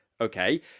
Okay